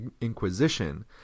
inquisition